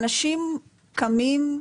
האנשים קמים,